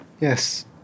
Yes